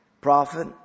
prophet